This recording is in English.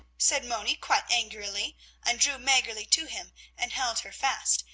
said moni quite angrily and drew maggerli to him and held her fast,